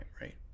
right